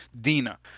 DINA